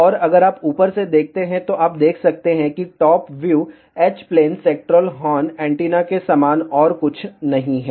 और अगर आप ऊपर से देखते हैं तो आप देख सकते हैं कि top view H plane sectoral horn antenna के समान और कुछ नहीं है